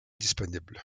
disponible